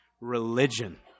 religion